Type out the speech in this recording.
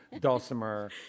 Dulcimer